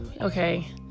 Okay